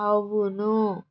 అవును